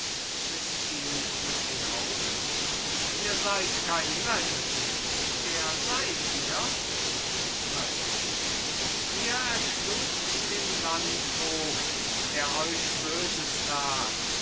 ihn mit den augen ihr seid kein mönch wer seid ihr mönch ihr erschlugt den landvogt der euch böses tat